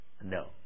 no